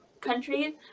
countries